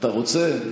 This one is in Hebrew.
אתה רוצה?